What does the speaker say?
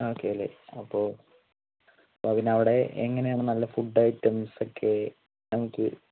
okay അല്ലേ അപ്പോൾ അപ്പോൾ അതിന് അവിടെ എങ്ങനെയാണ് നല്ല ഫുഡ് ഐറ്റംസ് ഒക്കെ നമുക്ക്